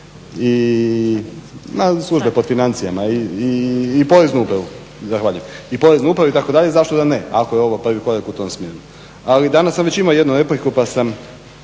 služba pod financijama i poreznu upravu, zahvaljujem. I poreznu upravu itd. zašto da ne ako je ovo prvi korak u tom smjeru. Ali danas sam već imao jednu repliku pa sam